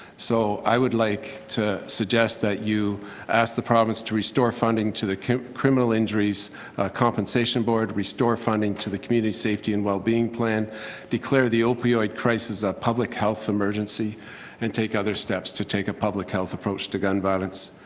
so i would like to suggest that you ask the province to restore funding to the criminal injuries compensation board, restore funding to the community safety and well-being plan declare the opioid crisis a public health emergency and take other steps to take a public health approach to gun violence.